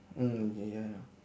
mm ya